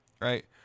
right